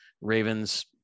Ravens